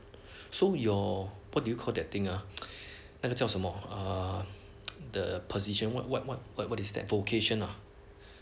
so you're what do you call that thing ah 那个叫什么 err the position what what what what what is that vocation lah